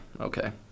okay